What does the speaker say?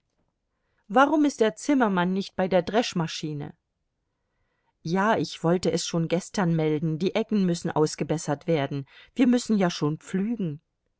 warum ist der zimmermann nicht bei der dreschmaschine ja ich wollte es schon gestern melden die eggen müssen ausgebessert werden wir müssen ja schon pflügen